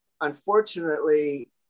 unfortunately